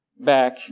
back